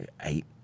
eight